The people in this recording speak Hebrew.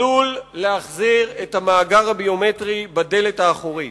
עלול להחזיר את המאגר הביומטרי בדלת האחורית.